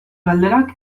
galderak